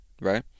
right